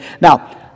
Now